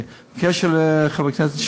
בקשר לחבר הכנסת שמולי,